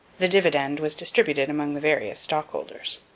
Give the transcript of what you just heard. the dividend was distributed among the various stockholders.